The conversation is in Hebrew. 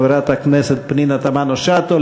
חברת הכנסת פנינה תמנו-שטה,